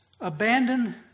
abandon